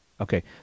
okay